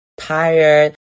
tired